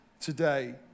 today